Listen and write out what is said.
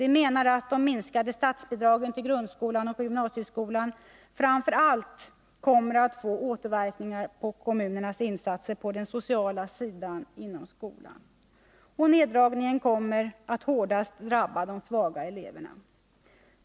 Vi menar att de minskade statsbidragen till grundskolan och gymnasieskolan framför allt kommer att få återverkningar på kommunernas insatser på den sociala sidan inom skolan. Neddragningen kommer att hårdast drabba de svaga eleverna.